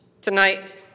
Tonight